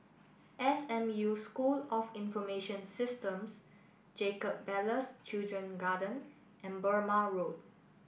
S M U School of Information Systems Jacob Ballas Children's Garden and Burmah Road